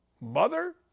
mother